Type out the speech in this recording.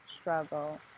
struggle